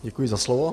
Děkuji za slovo.